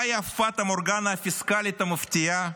מהי הפטה מורגנה הפיסקלית המפתיעה,